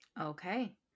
Okay